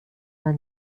war